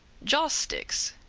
joss-sticks,